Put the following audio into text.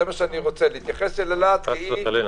להתייחס אל אילת כאי.